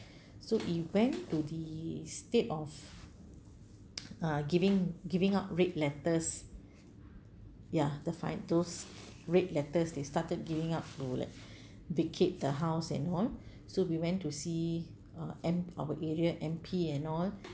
so he went to the state of uh giving giving out red letters ya the fine those red letters they started giving out to like vacate the house and all so we went to see uh M our area M_P and all